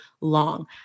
long